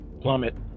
Plummet